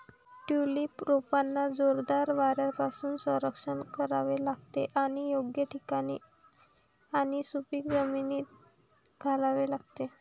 tulip रोपांना जोरदार वाऱ्यापासून संरक्षण करावे लागते आणि योग्य ठिकाणी आणि सुपीक जमिनीत लावावे लागते